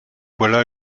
voilà